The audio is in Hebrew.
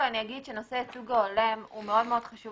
אני אומר שנושא הייצוג ההולם הוא מאוד מאוד חשוב